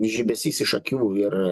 žybesys iš akių ir